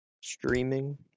streaming